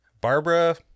Barbara